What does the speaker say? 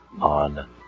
on